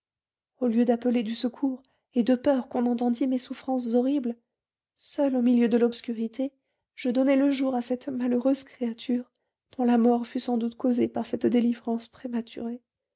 au lieu d'appeler du secours et de peur qu'on n'entendît mes souffrances horribles seule au milieu de l'obscurité je donnai le jour à cette malheureuse créature dont la mort fut sans doute causée par cette délivrance prématurée